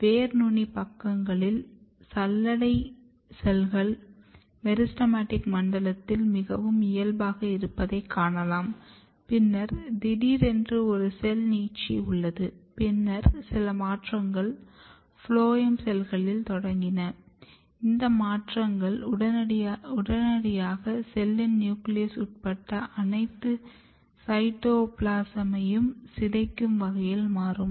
வேர் நுனி பக்கங்களில் சல்லடை செல்கள் மெரிஸ்டெமடிக் மண்டலத்தில் மிகவும் இயல்பாக இருப்பதைக் காணலாம் பின்னர் திடீரென்று ஒரு செல் நீட்சி உள்ளது பின்னர் சில மாற்றங்கள் ஃபுளோயம் செல்களில் தொடங்கின இந்த மாற்றங்கள் உடனடியாக செல்லின் நியூக்ளியஸ் உட்பட அனைத்து சைட்டோபிளாஸமையும் சிதைக்கும் வகையில் மாறும்